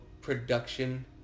production